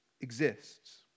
exists